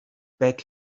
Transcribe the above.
back